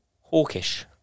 Hawkish